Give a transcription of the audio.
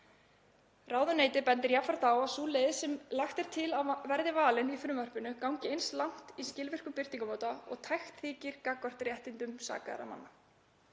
Ráðuneytið bendir jafnframt á að sú leið sem lagt er til að verði valin í frumvarpinu gangi eins langt í skilvirkum birtingarmáta og tækt þykir gagnvart réttindum sakaðra manna.